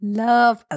love